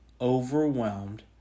overwhelmed